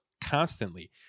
constantly